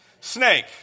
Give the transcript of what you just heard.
Snake